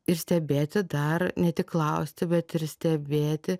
ir stebėti dar ne tik klausti bet ir stebėti